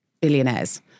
billionaires